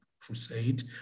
crusade